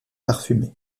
parfumée